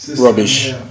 rubbish